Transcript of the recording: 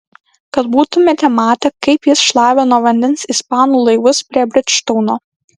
kad būtumėte matę kaip jis šlavė nuo vandens ispanų laivus prie bridžtauno